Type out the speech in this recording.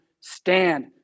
stand